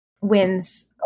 wins